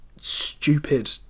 stupid